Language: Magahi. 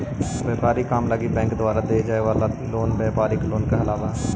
व्यापारिक काम लगी बैंक द्वारा देवे जाए वाला लोन व्यापारिक लोन कहलावऽ हइ